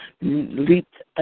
leaped